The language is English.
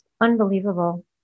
unbelievable